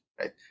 right